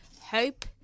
Hope